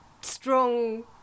strong